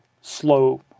slow